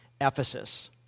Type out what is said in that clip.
Ephesus